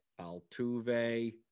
Altuve